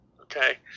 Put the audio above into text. okay